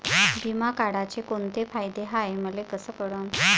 बिमा काढाचे कोंते फायदे हाय मले कस कळन?